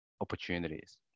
opportunities